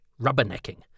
rubbernecking